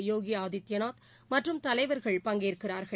யோகி ஆதித்யநாத் மற்றும் தலைவர்கள் பங்கேற்கிறார்கள்